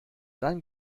dann